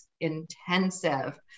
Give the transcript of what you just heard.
Intensive